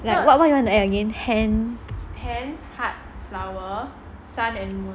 what what you want to add again